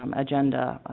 um agenda ah.